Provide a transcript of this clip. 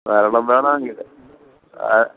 കാരണം വേണമെങ്കിൽ ആ